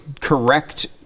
correct